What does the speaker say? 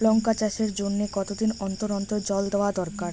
লঙ্কা চাষের জন্যে কতদিন অন্তর অন্তর জল দেওয়া দরকার?